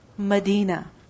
Medina